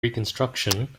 reconstruction